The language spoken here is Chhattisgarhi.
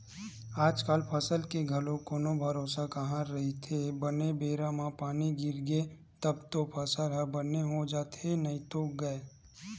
आजकल फसल के घलो कोनो भरोसा कहाँ रहिथे बने बेरा म पानी गिरगे तब तो फसल ह बने हो जाथे नइते गय